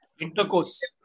Intercourse